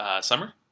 summer